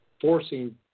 forcing